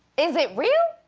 is it real?